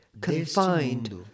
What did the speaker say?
confined